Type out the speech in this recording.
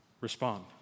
respond